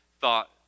thought